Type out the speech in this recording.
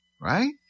right